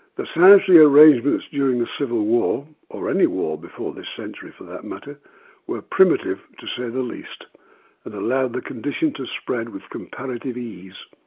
the sanitary arrangements during the civil war, or any war before this century for that matter were primitive to say the least and allowed the condition to spread with comparative ease.